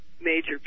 major